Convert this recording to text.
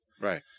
Right